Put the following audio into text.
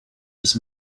just